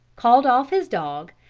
called off his dog,